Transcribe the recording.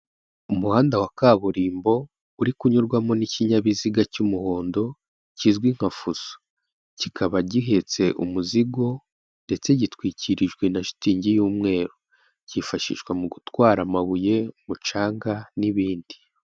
Umuhanda wa kaburimbo, uri kunyurwamo n'ikinyabiziga cy'umuhondo, kizwi nka fuso, kikaba gihetse umuzigo ndetse gitwikirijwe na shitingi y'umweru, kifashishwa mu gutwara amabuye, umucanga n'ibindi.